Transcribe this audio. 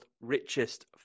richest